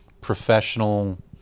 professional